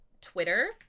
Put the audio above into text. Twitter